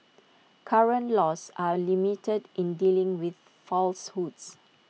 current laws are limited in dealing with falsehoods